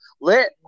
Let